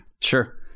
Sure